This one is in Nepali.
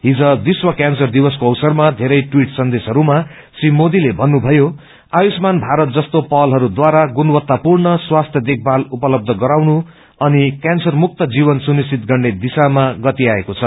हिज विश्व क्यांसर दिवसको अवसरमा बेरै ट्वीट सन्देशहयमा श्री मोदीले भन्नुभयो आयुष्मान भारत जस्तो पहलहरूद्वारा गुण्वत्तापूर्ण स्वास्थ्य देखभाल उपलब्ध गराउन अनि क्यांसरमुक्त जीवन सुनिश्वित गर्ने दिशामा गति आएको छ